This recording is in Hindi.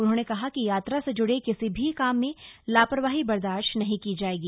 उन्होंने कहा कि यात्रा से जुड़े किसी भी काम में लापरवाही बर्दाश्त नहीं की जाएगी